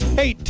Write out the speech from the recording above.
hey